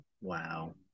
Wow